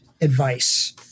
advice